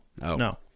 no